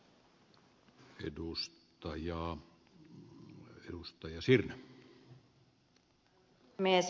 arvoisa puhemies